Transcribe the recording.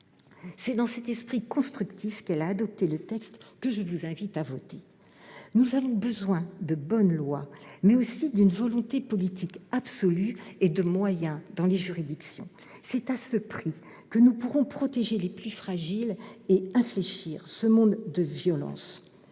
C'est dans cet esprit constructif qu'elle a adopté le texte que je vous invite à voter. Nous avons besoin de bonnes lois, mais aussi d'une volonté politique absolue et de moyens dans les juridictions. C'est à ce prix que nous pourrons protéger les plus fragiles et infléchir ce monde de violence.